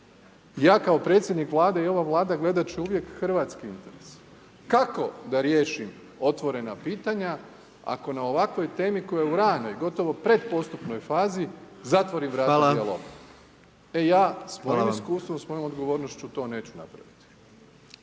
Ja kao predsjednik Vlade i ova Vlada gledat ću uvijek hrvatski interes. Kako da riješim otvorena pitanja ako na ovakvoj temi koja je u ranoj, gotov pretpostupnoj fazi zatvori vrata dijaloga? E ja …/Govornik se ne razumije./… odgovornošću to neću napraviti.